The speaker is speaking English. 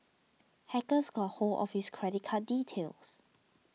hackers got hold of his credit card details